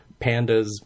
pandas